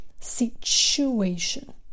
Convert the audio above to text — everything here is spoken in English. situation